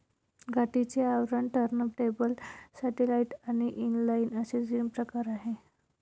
गाठीचे आवरण, turntable, satellite आणि इनलाइन असे तीन प्रकार आहे